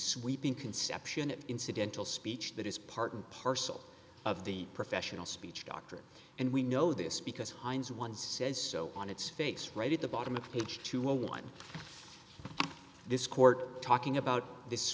sweeping conception of incidental speech that is part and parcel of the professional speech doctrine and we know this because hines one says so on its face right at the bottom of page two when one this court talking about this